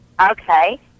Okay